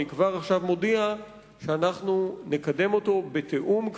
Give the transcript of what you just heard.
אני כבר עכשיו מודיע שאנחנו נקדם אותו בתיאום,